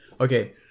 Okay